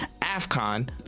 Afcon